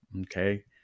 okay